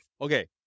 Okay